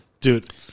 Dude